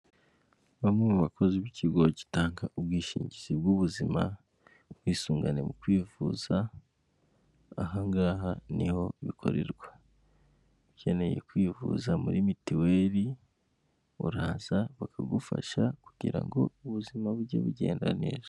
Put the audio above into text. Iyi ngiyi ni imirimo y'amaboko y'ubudozi aha ngaha bakudodera ibikapu byiza gakondo Kinyarwanda wabasha kuba wahaha ukakajyana ahantu hatandukanye guhahiramo ndetse n'utundi tuntu twinshi.